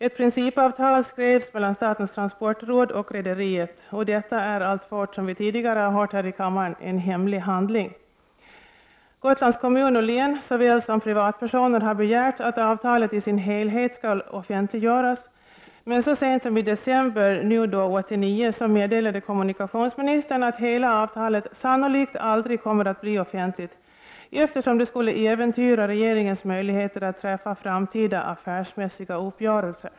Ett principavtal skrevs mellan statens transportråd och rederiet. Detta är alltfort, som vi tidigare har hört här i kammaren, en hemlig handling. Gotlands kommun och län såväl som privatpersoner har begärt att avtalet i sin helhet skall offentliggöras. Så sent som i december 1989 meddelade dock kommunikationsministern att hela avtalet sannolikt aldrig kommer att bli offentligt, eftersom det skulle äventyra regeringens möjligheter att träffa framtida affärsmässiga uppgörelser.